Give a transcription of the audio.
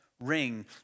ring